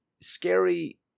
scary